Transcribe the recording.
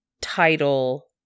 title